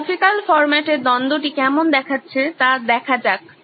graphical ফরম্যাটের দ্বন্দ্বটি কেমন দেখাচ্ছে তা দেখা যাক